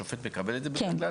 השופט מקבל את זה בדרך כלל?